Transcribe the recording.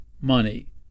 Money